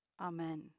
Amen